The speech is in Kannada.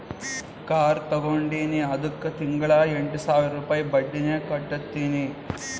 ಕಾರ್ ತಗೊಂಡಿನಿ ಅದ್ದುಕ್ ತಿಂಗಳಾ ಎಂಟ್ ಸಾವಿರ ರುಪಾಯಿ ಬಡ್ಡಿನೆ ಕಟ್ಟತಿನಿ